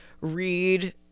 read